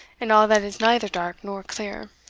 and all that is neither dark nor clear,